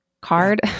card